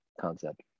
concept